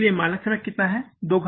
उत्पादन करने का मानक समय कितना है